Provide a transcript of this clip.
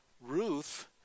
Ruth